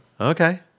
Okay